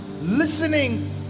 Listening